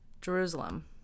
Jerusalem